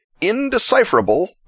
indecipherable